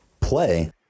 play